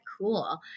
Cool